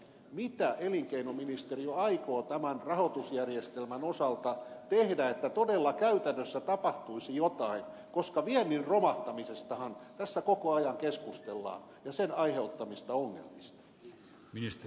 mitä elinkeinoministeriö aikoo tämän rahoitusjärjestelmän osalta tehdä että todella käytännössä tapahtuisi jotain koska viennin romahtamisestahan tässä koko ajan keskustellaan ja sen aiheuttamista ongelmista